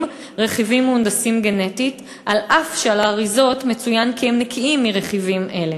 רכיבים מהונדסים גנטית אף שעל האריזות מצוין כי הם נקיים מרכיבים אלה.